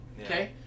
Okay